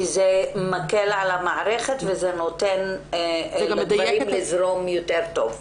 זה מקל על המערכת ונותן לדברים לזרום יותר טוב.